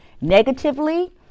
negatively